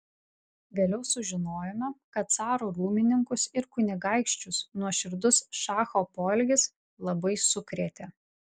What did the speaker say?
vėliau sužinojome kad caro rūmininkus ir kunigaikščius nuoširdus šacho poelgis labai sukrėtė